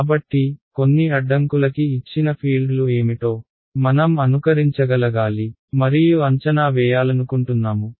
కాబట్టి కొన్ని అడ్డంకులకి ఇచ్చిన ఫీల్డ్లు ఏమిటో మనం అనుకరించగలగాలి మరియు అంచనా వేయాలనుకుంటున్నాము